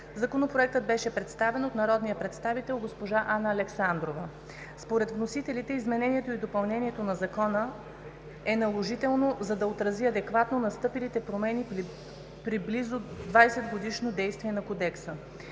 Законопроектът беше представен от народния представител госпожа Анна Александрова. Според вносителите изменението и допълнението на закона е наложително, за да отрази адекватно настъпилите промени при близо десетгодишното действие на кодекса.